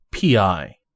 PI